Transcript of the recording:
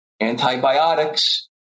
Antibiotics